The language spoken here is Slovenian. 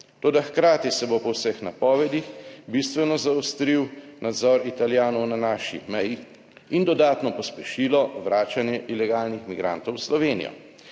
toda hkrati se bo po vseh napovedih bistveno zaostril nadzor Italijanov na naši meji in dodatno pospešilo vračanje ilegalnih migrantov v Slovenijo.